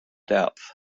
depth